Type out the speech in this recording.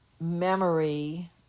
memory